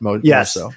yes